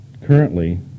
currently